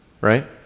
Right